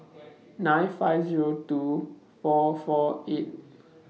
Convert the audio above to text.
nine five Zero two four four eight